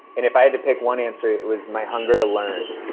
if i had to pick one answer, it was my hunger to learn,